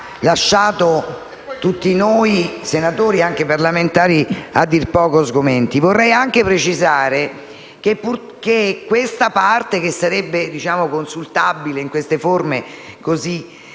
lasciato tutti noi, senatori e parlamentari, a dir poco sgomenti. Vorrei precisare che la parte che sarebbe consultabile, in queste forme così